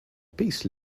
peace